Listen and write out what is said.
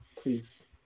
please